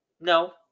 No